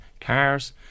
cars